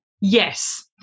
Yes